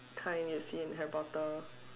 kind you see in Harry Potter